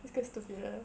it's quite stupid lah